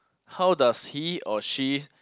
how does he or she